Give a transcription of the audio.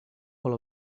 all